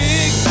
Big